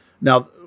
Now